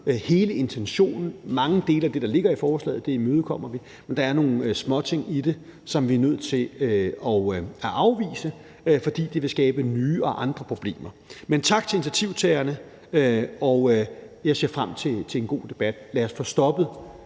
Hele intentionen og mange af de dele, der ligger i forslaget, imødekommer vi, men der er nogle småting i det, som gør, at vi er nødt til at afvise det, fordi de vil skabe nye og andre problemer. Men tak til initiativtagerne; jeg ser frem til en god debat. Lad os få stoppet